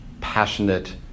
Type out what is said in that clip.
passionate